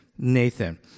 Nathan